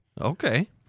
Okay